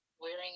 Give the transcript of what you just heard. wearing